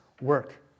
work